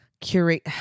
curate